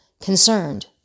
concerned